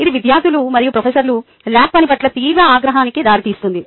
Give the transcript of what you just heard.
ఇది విద్యార్థులు మరియు ప్రొఫెసర్లలో ల్యాబ్ పని పట్ల తీవ్ర ఆగ్రహానికి దారితీస్తుంది